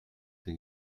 the